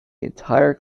entire